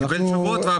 הוא קיבל תשובות.